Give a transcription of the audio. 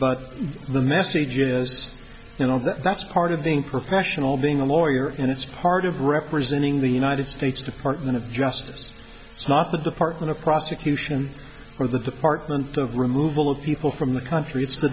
but the message is you know that's part of being professional being a lawyer and it's part of representing the united states department of justice so not the department of prosecution or the department of removal of people from the country it's the